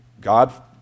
God